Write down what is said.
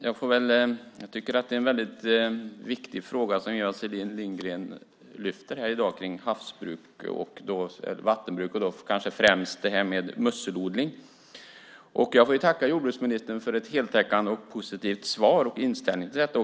Fru talman! Jag tycker att det är en väldigt viktig fråga som Eva Selin Lindgren lyfter fram om havsbruk och vattenbruk och kanske främst musselodling. Jag tackar jordbruksministern för ett heltäckande och positivt svar och inställning till detta.